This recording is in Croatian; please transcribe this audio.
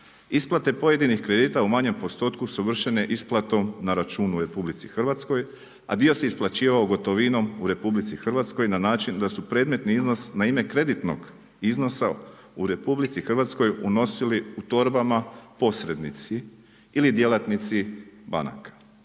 Isplate pojedinih kredita u manjem postotku su vršene isplatom na račun u RH, a dio se isplaćivao gotovinom u RH na način da su predmetni iznos na ime kreditnog iznosa u RH unosili u torbama posrednici ili djelatnici banaka.